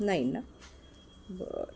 नाही ना बरं